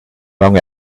wrong